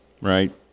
Right